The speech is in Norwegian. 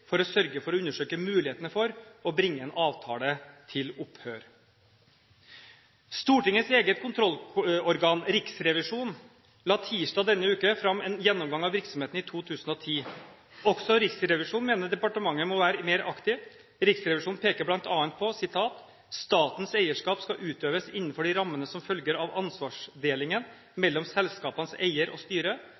for å sørge for å undersøke mulighetene for å bringe en avtale til opphør?» Stortingets eget kontrollorgan, Riksrevisjonen, la tirsdag denne uken fram en gjennomgang av virksomheten i 2010. Også Riksrevisjonen mener departementet må være mer aktiv. Riksrevisjonen peker bl.a. på følgende: «Statens eierskap skal utøves innenfor de rammene som følger av ansvarsdelingen mellom selskapenes eiere og styre.